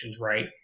right